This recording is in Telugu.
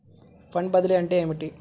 ఫండ్ బదిలీ అంటే ఏమిటి?